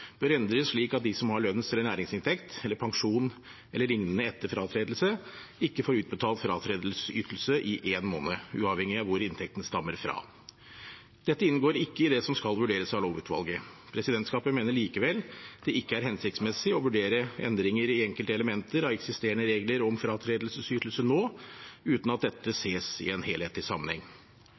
bør endres slik at de som har lønns- eller næringsinntekt eller pensjon e.l. etter fratredelse, ikke får utbetalt fratredelsesytelse i én måned, uavhengig av hvor inntekten stammer fra. Dette inngår ikke i det som skal vurderes av lovutvalget. Presidentskapet mener likevel det ikke er hensiktsmessig å vurdere endringer i enkelte elementer av eksisterende regler om fratredelsesytelse nå uten at dette ses i en helhetlig sammenheng.